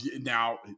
now